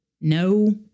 No